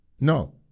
No